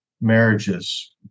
marriages